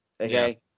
Okay